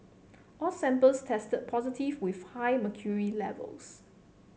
all samples tested positive with high mercury levels